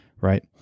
Right